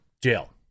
Jail